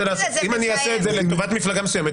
אעשה את זה לטובת מפלגה מסוימת,